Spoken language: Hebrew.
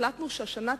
החלטנו ששנת